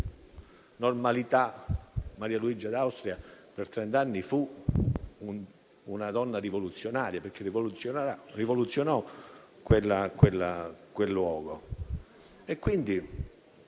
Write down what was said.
normalità, Maria Luigia d'Austria per trent'anni fu una donna rivoluzionaria, perché rivoluzionò quel luogo.